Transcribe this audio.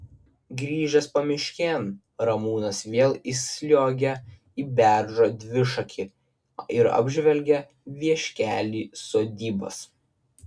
grįžęs pamiškėn ramūnas vėl įsliuogia į beržo dvišakį ir apžvelgia vieškelį sodybas